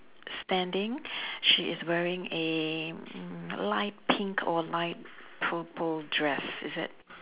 standing she is wearing a mm light pink or light purple dress is it